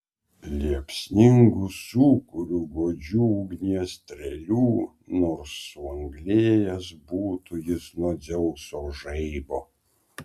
liepsningu sūkuriu godžių ugnies strėlių nors suanglėjęs būtų jis nuo dzeuso žaibo